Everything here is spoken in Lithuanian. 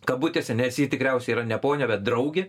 kabutėse nes ji tikriausiai yra ne ponia bet draugė